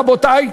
רבותי,